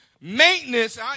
maintenance